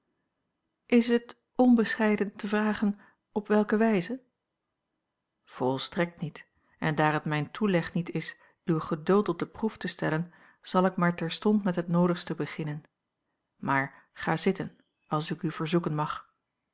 is het onbescheiden te vragen op welke wijze volstrekt niet en daar het mijn toeleg niet is uw geduld op de proef te stellen zal ik maar terstond met het noodigste beginnen maar ga zitten als ik u verzoeken mag